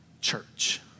church